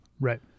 Right